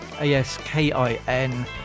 A-S-K-I-N